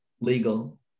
legal